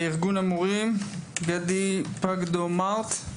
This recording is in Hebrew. חברת הכנסת נעמה לזימי.